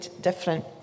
different